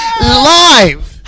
live